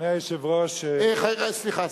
אדוני היושב-ראש, סליחה.